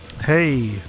Hey